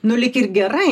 nu lyg ir gerai